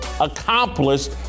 accomplished